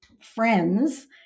friends